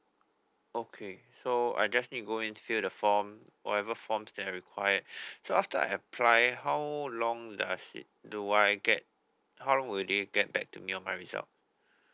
okay so I just need go in fill the form whatever forms that are required so after I apply how long does it do I get how long will they get back to me on my result